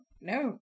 no